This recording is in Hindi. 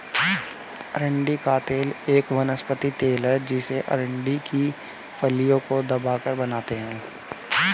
अरंडी का तेल एक वनस्पति तेल है जिसे अरंडी की फलियों को दबाकर बनाते है